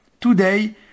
Today